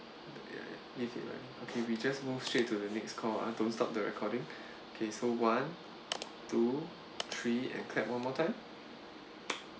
ya ya leave it run okay we just move straight to the next call ah don't stop the recording okay so one two three and clap one more time clap